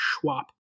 Schwab